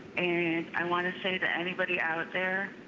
and i want to say that anybody out there,